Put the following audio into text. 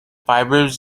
fibres